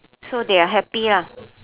so they are happy lah